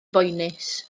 boenus